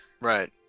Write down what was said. right